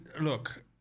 look